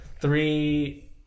three